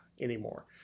anymore